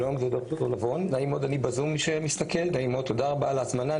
שלום, אני בזום, תודה רבה על ההזמנה.